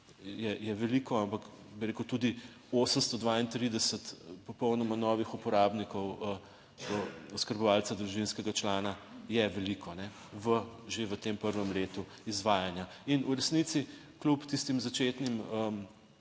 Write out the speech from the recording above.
je veliko, ampak bi rekel tudi 832 popolnoma novih uporabnikov, oskrbovalca družinskega člana je veliko že v tem prvem letu izvajanja. In v resnici kljub tistim začetnim